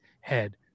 head